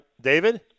David